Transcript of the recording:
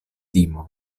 timo